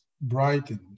brightened